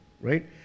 right